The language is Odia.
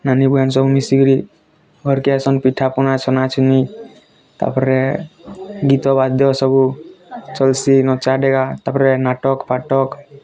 ନାନୀ ଭଏନ୍ ସବୁ ମିଶିକିରି ଘର କେ ଆସାନ୍ ପିଠା ପଣା ଛେନା ଛିନି ତା'ପରେ ଗୀତ ବାଦ୍ୟ ସବୁ ଚାଲ୍ସି ନାଚ ଡିଆ ତା'ପରେ ନାଟକ୍ ଫାଟକ୍